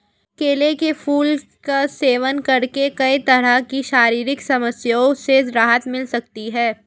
केले के फूल का सेवन करके कई तरह की शारीरिक समस्याओं से राहत मिल सकती है